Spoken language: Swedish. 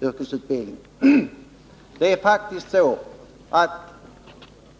yrkesutbildning.